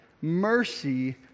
mercy